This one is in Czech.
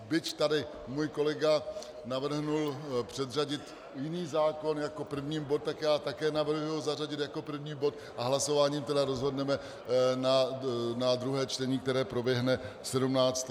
Byť tady můj kolega navrhl předřadit jiný zákon jako první bod, tak já také navrhuji ho zařadit jako první bod, a hlasováním rozhodneme, na druhé čtení, které proběhne 17. února.